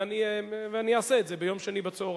ואני אעשה את זה ביום שני בצהריים,